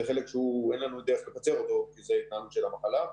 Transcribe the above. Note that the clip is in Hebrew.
זה חלק שאין לנו דרך לקצר אותו כי זה ההתנהלות של המחלה.